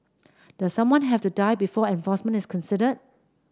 does someone have to die before enforcement is considered